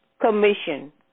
commission